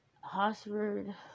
Hosford